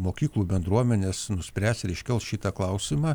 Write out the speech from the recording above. mokyklų bendruomenės nuspręs ir iškels šitą klausimą